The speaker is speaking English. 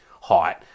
height